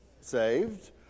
saved